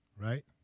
right